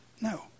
no